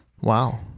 wow